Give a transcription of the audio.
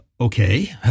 okay